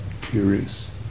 curious